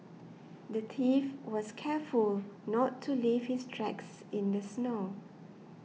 the thief was careful not to leave his tracks in the snow